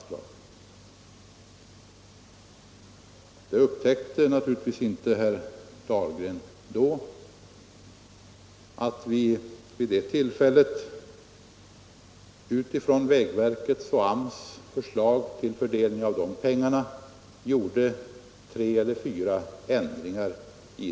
Då gjorde vi näm Nr 48 ligen i departementet — en sak som herr Dahlgren naturligtvis inte upp Torsdagen den täckte — tre eller fyra ändringar i vägverkets och AMS förslag till för 3 april 1975 delning av pengarna.